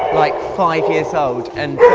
like five years old. and